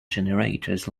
generators